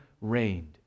reigned